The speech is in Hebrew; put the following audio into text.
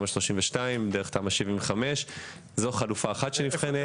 תמ"א 32 דרך תמ"א 75. זו חלופה אחת שנבחנת.